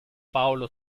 paolo